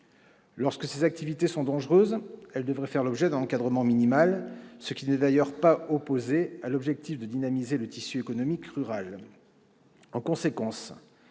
Lorsque ces activités sont dangereuses, elles devraient faire l'objet d'un encadrement minimal, ce qui n'est d'ailleurs pas contraire à l'objectif de dynamiser le tissu économique rural.